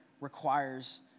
requires